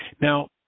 Now